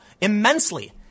immensely